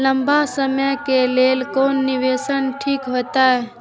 लंबा समय के लेल कोन निवेश ठीक होते?